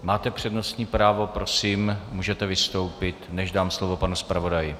Máte přednostní právo, prosím, můžete vystoupit, než dám slovo panu zpravodaji.